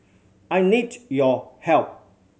I need your help